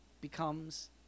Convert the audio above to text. becomes